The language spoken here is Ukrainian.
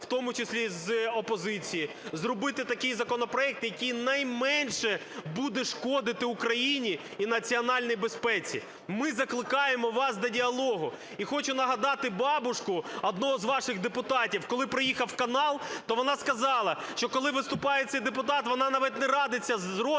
в тому числі з опозиції, зробити такий законопроект, який найменше буде шкодити Україні і національній безпеці? Ми закликаємо вас до діалогу. І хочу нагадати бабушку одного з ваших депутатів, коли приїхав канал, то вона сказала, що коли виступає цей депутат, вона навіть не радиться з родичами